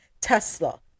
Tesla